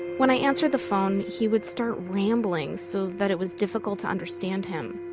when i answered the phone he would start rambling so that it was difficult to understand him.